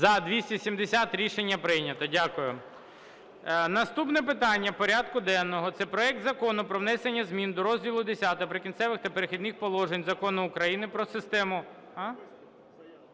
За-270 Рішення прийнято. Дякую. Наступне питання порядку денного – це проект Закону про внесення змін до Розділу Х "Прикінцеві та перехідні положення" Закону України "Про систему